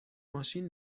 ماشین